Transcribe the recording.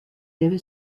debe